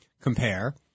compare